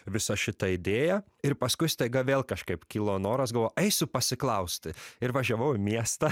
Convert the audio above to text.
visą šitą idėją ir paskui staiga vėl kažkaip kilo noras eisiu pasiklausti ir važiavau į miestą